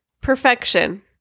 Perfection